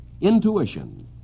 Intuition